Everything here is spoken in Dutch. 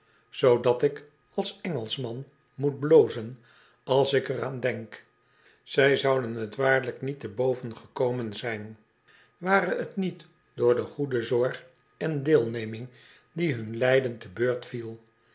zoodat ik als engelschman moet blozen als ik er aan denk zij zouden t waarlijk niet te boven gekomen zijn ware t niet door de goede zorg en deelneming die hun lijden te beurt viel